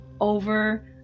over